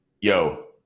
yo